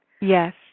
yes